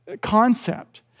concept